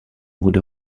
would